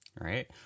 Right